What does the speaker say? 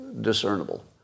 discernible